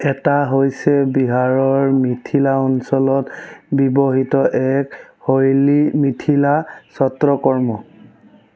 এটা হৈছে বিহাৰৰ মিথিলা অঞ্চলত ব্যৱহৃত এক শৈলী মিথিলা চত্ৰকৰ্ম